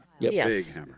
Yes